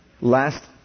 Last